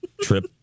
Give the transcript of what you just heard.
trip